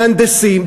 מהנדסים,